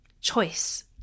Choice